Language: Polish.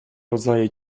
rodzaje